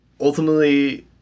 ultimately